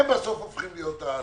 הם הופכים להיות.